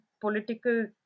political